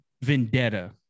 Vendetta